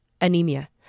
anemia